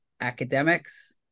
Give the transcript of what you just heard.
academics